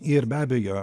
ir be abejo